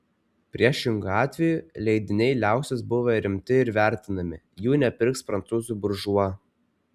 priešingu atveju leidiniai liausis buvę rimti ir vertinami jų nepirks prancūzų buržua